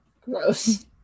gross